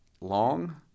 long